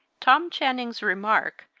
tom channing's remark,